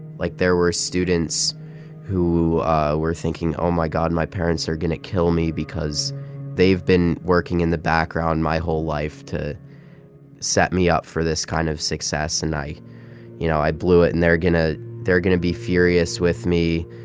like, there were students who were thinking, oh, my god, my parents are going to kill me because they've been working in the background my whole life to set me up for this kind of success. and i you know, i blew it, and they're going to they're going to be furious with me.